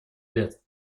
лет